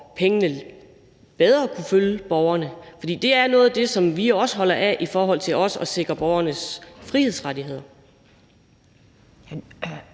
pengene bedre kunne følge borgerne. For det er noget af det, som vi også holder af i forhold til at sikre borgernes frihedsrettigheder.